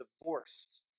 divorced